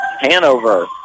Hanover